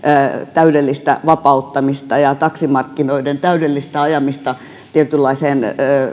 täydellistä vapauttamista ja ja taksimarkkinoiden täydellistä ajamista tietynlaiseen